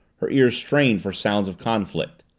her ears strained for sounds of conflict.